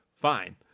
fine